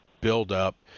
buildup